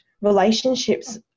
relationships